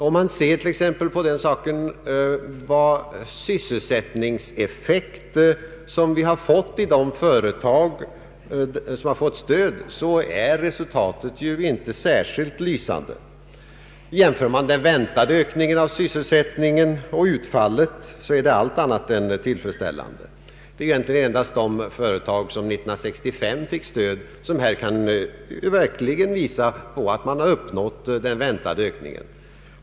Om man t.ex. ser på sysselsättningseffekten i de företag som fått stöd finner man att resultatet inte är särskilt lysande. Jämför man den väntade ökningen av sysselsättningen och det verkliga utfallet, så är det allt annat än tillfredsställande. Det är egentligen endast de företag som fick stöd 1965 som kan påvisa att de uppnått den väntade ökningen.